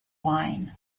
wine